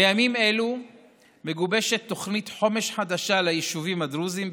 בימים אלו מגובשת תוכנית חומש חדשה ליישובים הדרוזיים,